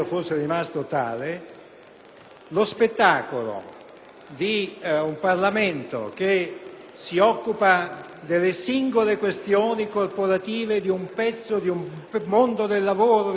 di un Parlamento che si occupa delle singole questioni corporative e di un pezzo del mondo del lavoro del pubblico impiego sarebbe diventato assolutamente devastante.